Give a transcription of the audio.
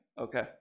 okay